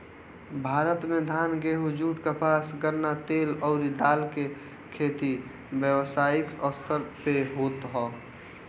भारत में धान, गेंहू, जुट, कपास, गन्ना, तेल अउरी दाल के खेती व्यावसायिक स्तर पे होत ह